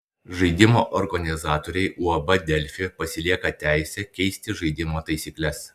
žaidimo organizatoriai uab delfi pasilieka teisę keisti žaidimo taisykles